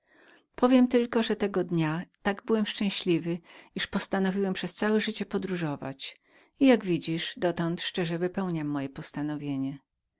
powiem tylko że tego dnia tak byłem szczęśliwym że postanowiłem przez całe życie podróżować i jak widzisz dotąd szczerze wypełniam moje